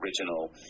original